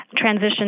transition